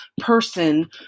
person